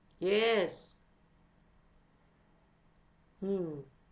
yes mm